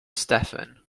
stephen